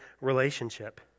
relationship